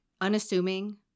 unassuming